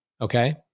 okay